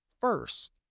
First